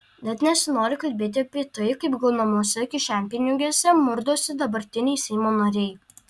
net nesinori kalbėti apie tai kaip gaunamuose kišenpinigiuose murdosi dabartiniai seimo nariai